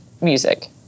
music